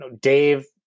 Dave